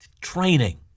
training